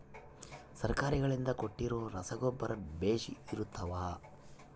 ಸರ್ಕಾರಗಳಿಂದ ಕೊಟ್ಟಿರೊ ರಸಗೊಬ್ಬರ ಬೇಷ್ ಇರುತ್ತವಾ?